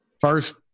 first